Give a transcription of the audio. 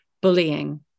bullying